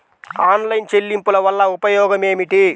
Online చెల్లింపుల వల్ల ఉపయోగమేమిటీ?